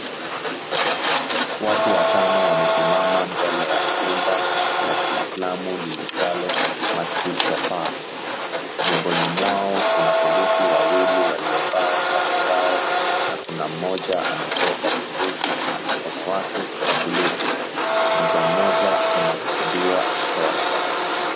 Watu watano wamesimama mbele ya jumba la kiislamu lilitwalo, Masjid Safar. Miongoni mwao kuna polisi wawili waliovaa sare zao, na kuna mmoja amebeba bunduki kwenye mkono wake wa kulia. Mja mmoja anarekodiwa akitoa habari.